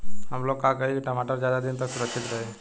हमलोग का करी की टमाटर ज्यादा दिन तक सुरक्षित रही?